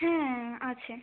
হ্যাঁ আছে